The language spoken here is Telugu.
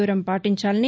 దూరం పాటించాలని